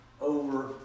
over